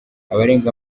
abarenga